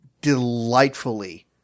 delightfully